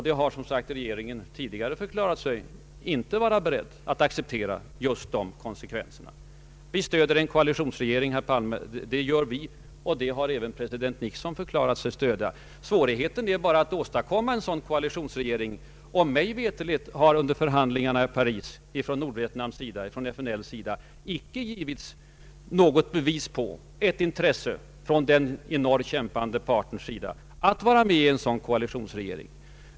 Det har som sagt regeringen tidigare förklarat sig inte vara beredd att acceptera. Vi stöder en koalitionsregering i Vietnam, herr Palme, och det har även president Nixon förklarat sig göra. Svårigheten är bara att åstadkomma en sådan. Mig veterligen har det under förhandlingarna i Paris från Nordvietnams och FNL:s sida icke givits något bevis på ett intresse att gå med i en koalitionsregering.